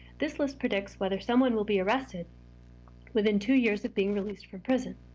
this list predicts whether someone will be arrested within two years of being released from prison.